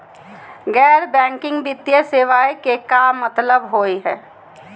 गैर बैंकिंग वित्तीय सेवाएं के का मतलब होई हे?